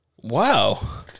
Wow